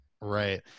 Right